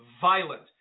violent